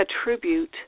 attribute